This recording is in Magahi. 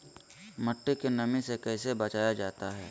मट्टी के नमी से कैसे बचाया जाता हैं?